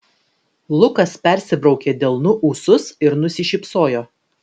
lukas persibraukė delnu ūsus ir nusišypsojo